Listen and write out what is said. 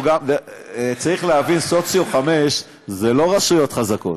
צריך להבין: סוציו 5 זה לא רשויות חזקות,